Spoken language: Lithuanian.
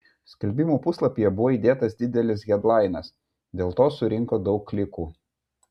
skelbimų puslapyje buvo įdėtas didelis hedlainas dėl to surinko daug klikų